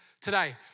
today